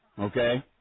Okay